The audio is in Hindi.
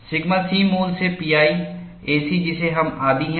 सिग्मा c मूल से pi a c जिसे हम आदी हैं